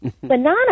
banana